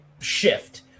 shift